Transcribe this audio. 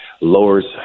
lowers